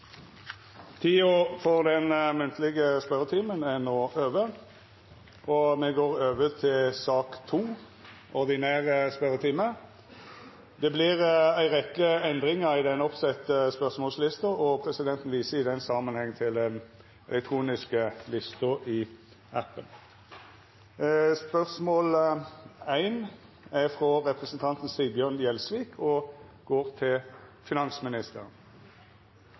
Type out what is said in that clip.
Den munnlege spørjetimen er no over, og vi går over til den ordinære spørjetimen. Det vert ei rekkje endringar i den oppsette spørsmålslista, og presidenten viser i den samanhengen til den elektroniske lista i salappen. Endringane var desse: Spørsmål 3, frå representanten Åslaug Sem-Jacobsen til kultur- og